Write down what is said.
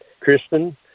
Kristen